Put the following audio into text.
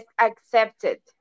accepted